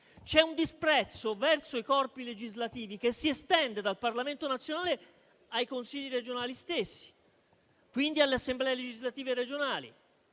C'è un disprezzo verso i corpi legislativi che si estende dal Parlamento nazionale ai consigli regionali stessi, quindi alle Assemblee legislative regionali.